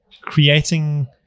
creating